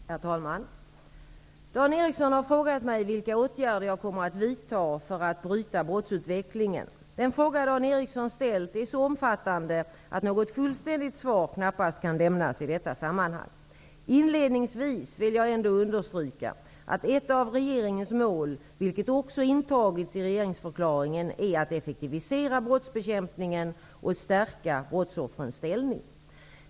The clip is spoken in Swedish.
Herr talman! Dan Ericsson i Kolmården har frågat mig vilka åtgärder jag kommer att vidta för att bryta brottsutvecklingen. Den fråga Dan Ericsson ställt är så omfattande att något fullständigt svar knappast kan lämnas i detta sammanhang. Inledningsvis vill jag dock understryka att ett av regeringens mål, vilket också intagits i regeringsförklaringen, är att effektivisera brottsbekämpningen och stärka brottsoffrens ställning.